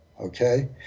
okay